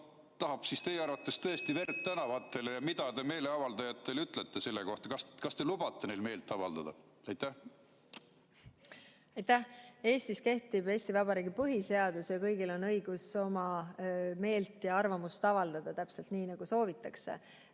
tahab siis teie arvates tõesti verd tänavatele? Ja mida te meeleavaldajatele ütlete? Kas te lubate neil meelt avaldada? Aitäh! Eestis kehtib Eesti Vabariigi põhiseadus ja kõigil on õigus meelt ja arvamust avaldada täpselt nii, nagu soovitakse.